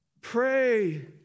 pray